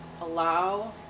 Allow